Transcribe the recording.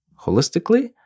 holistically